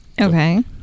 Okay